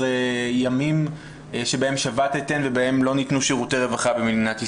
ימים שבהם שבתתם ובהם לא ניתנו שירותי רווחה במדינת ישראל.